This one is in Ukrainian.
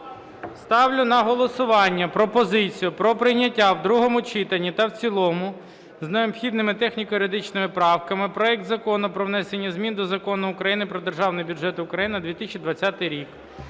Ставлю на голосування пропозицію про прийняття в другому читанні та в цілому з необхідними техніко-юридичними правками проект Закону про внесення змін до Закону України "Про Державний бюджет України на 2020 рік"